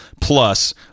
plus